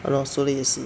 !hannor! 说的也是